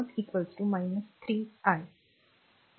म्हणून v0 3 i